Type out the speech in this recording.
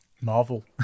Marvel